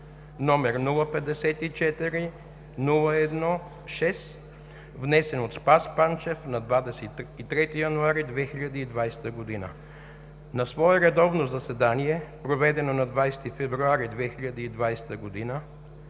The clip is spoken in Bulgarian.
№ 054-01-6, внесен от Спас Панчев на 23 януари 2020 г. На свое редовно заседание, проведено на 20 февруари 2020 г.,